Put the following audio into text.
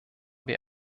wir